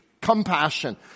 compassion